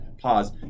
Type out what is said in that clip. Pause